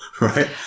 Right